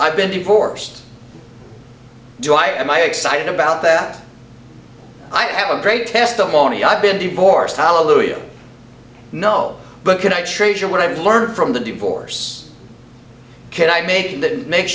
i've been divorced do i am i excited about that i have a great testimony i've been divorced halleluiah know but can i treasure what i've learned from the divorce can i make